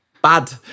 Bad